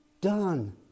done